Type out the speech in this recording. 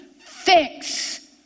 Fix